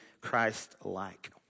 Christ-like